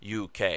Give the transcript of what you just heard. UK